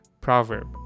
proverb